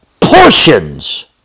portions